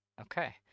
Okay